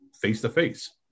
face-to-face